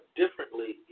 differently